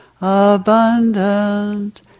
abundant